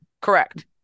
Correct